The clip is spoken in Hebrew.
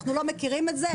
האם אנחנו לא מכירים את זה?